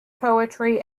poetry